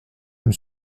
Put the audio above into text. une